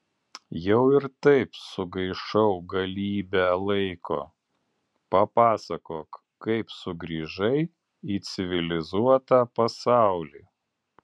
jau ir taip sugaišau galybę laiko papasakok kaip sugrįžai į civilizuotą pasaulį